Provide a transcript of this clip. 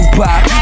pop